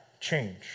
change